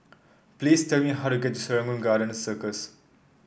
please tell me how to get to Serangoon Garden Circus